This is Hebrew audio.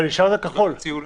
אבל השארת את הכחול.